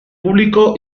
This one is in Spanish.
público